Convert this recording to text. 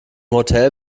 hotel